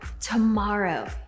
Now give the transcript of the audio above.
tomorrow